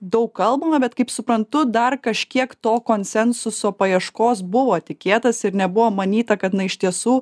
daug kalbama bet kaip suprantu dar kažkiek to konsensuso paieškos buvo tikėtasi ir nebuvo manyta kad na iš tiesų